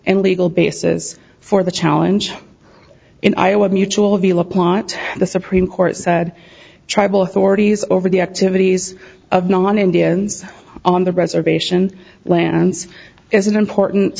and legal basis for the challenge in iowa mutual of the plot the supreme court said tribal authorities over the activities of non indians on the reservation lands as an important